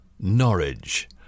Norwich